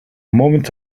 moment